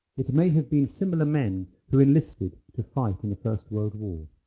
it may have been similar men who enlisted to fight in the first world war.